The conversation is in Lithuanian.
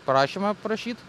prašymą prašyt